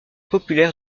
populaire